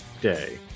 day